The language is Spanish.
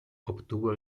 obtuvo